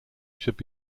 should